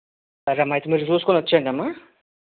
సరె అమ్మ అయితే మీరు చూసుకొని వచ్చేయండి అమ్మా